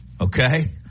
Okay